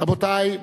רבותי,